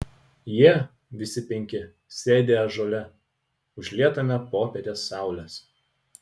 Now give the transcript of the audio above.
jie visi penki sėdi ąžuole užlietame popietės saulės